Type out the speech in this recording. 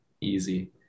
easy